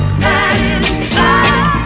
satisfied